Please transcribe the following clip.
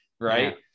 Right